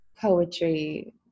poetry